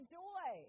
joy